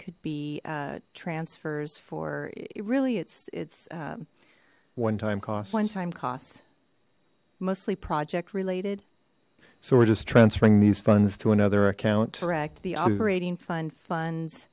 could be transfers for it really it's its one time cost one time costs mostly project related so we're just transferring these funds to another account correct the operating fund fund